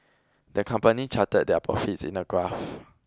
the company charted their profits in a graph